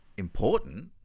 important